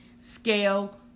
scale